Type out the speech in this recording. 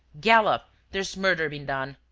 gallop! there's murder been done!